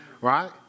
Right